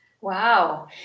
Wow